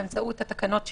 באמצעות התקנות שלו,